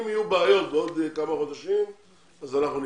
אם יהיו בעיות בעוד כמה חודשים אז אנחנו ניכנס לעניין הזה.